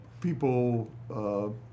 People